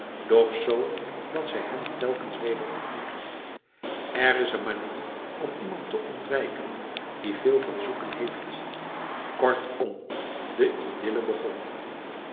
doch zoo dat zij hem telkens weder ontmoette er is een manier om iemand te ontwijken die veel van zoeken heeft kortom de idylle begon